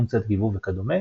פונקציית גיבוב וכדומה,